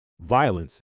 violence